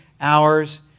hours